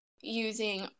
using